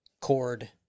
cord